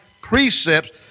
precepts